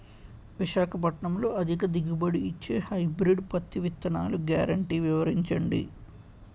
విశాఖపట్నంలో అధిక దిగుబడి ఇచ్చే హైబ్రిడ్ పత్తి విత్తనాలు గ్యారంటీ వివరించండి?